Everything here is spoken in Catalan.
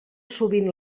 sovint